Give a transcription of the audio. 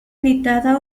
editada